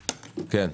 התשפ"ב.